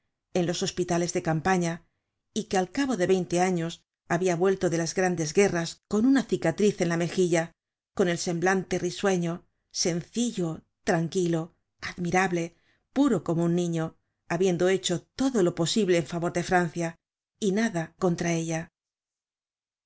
en los hospitales de campaña y que al cabo de veinte años habia vuelto de las grandes guerras con una cicatriz en la mejilla con el semblante risueño sencillo tranquilo admirable puro como un niño habiendo hecho todo lo posible en favor de francia y nada contra ella